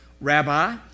Rabbi